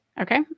Okay